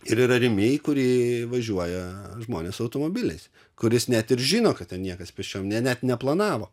ir yra rimi į kurį važiuoja žmonės automobiliais kuris net ir žino kad ten niekas pėsčiom jie net neplanavo